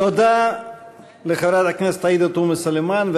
תודה לחברת הכנסת עאידה תומא סלימאן,